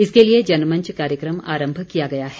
इसके लिए जनमंच कार्यक्रम आरंभ किया गया है